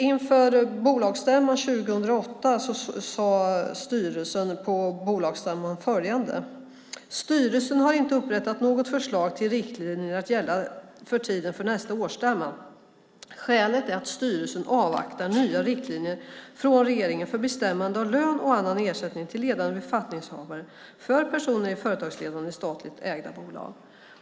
Inför bolagsstämman 2008 sade styrelsen följande: Styrelsen har inte upprättat något förslag till riktlinjer att gälla för tiden till nästa årsstämma. Skälet är att styrelsen avvaktar nya riktlinjer från regeringen för bestämmande av lön och annan ersättning till ledande befattningshavare för personer i företagsledande ställning i statligt ägande bolag.